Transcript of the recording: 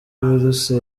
buruse